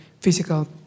Physical